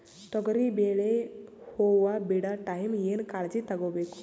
ತೊಗರಿಬೇಳೆ ಹೊವ ಬಿಡ ಟೈಮ್ ಏನ ಕಾಳಜಿ ತಗೋಬೇಕು?